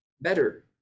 better